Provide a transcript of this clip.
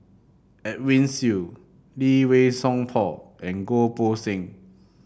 Edwin Siew Lee Wei Song Paul and Goh Poh Seng